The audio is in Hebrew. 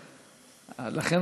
לכן,